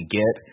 get